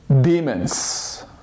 demons